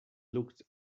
looked